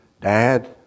Dad